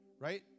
Right